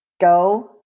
go